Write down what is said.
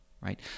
right